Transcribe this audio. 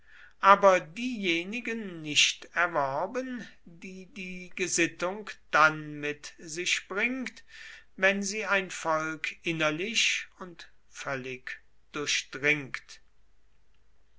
aber diejenigen nicht erworben die die gesittung dann mit sich bringt wenn sie ein volk innerlich und völlig durchdringt